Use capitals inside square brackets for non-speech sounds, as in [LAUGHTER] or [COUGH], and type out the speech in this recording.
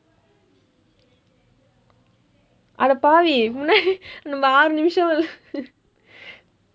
அடப்பாவி நம்ம:adapaavi namma [LAUGHS] ஆறு நிமிஷம்:aaru nimisham